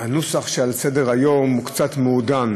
הנוסח שעל סדר-היום הוא קצת מעודן.